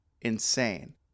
insane